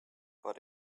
but